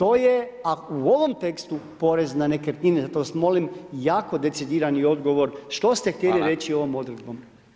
A u ovom tekstu porez na nekretnine, zato vas molim jako decidirani odgovor, što ste htjeli reći ovom odredbom?